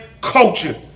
culture